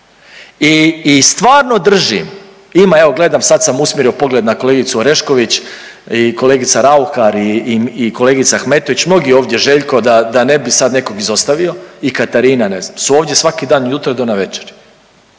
I stvarno držim, ima evo, gledam, sad sam usmjerio pogled na kolegicu Orešković i kolegica Raukar i kolegica Ahmetović, mnogi ovdje, Željko, da ne bi sad nekog izostavio, i Katarina, ne znam, su ovdje svaki dan od jutra do navečer.